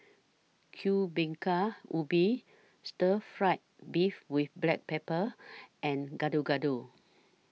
Kuih Bingka Ubi Stir Fry Beef with Black Pepper and Gado Gado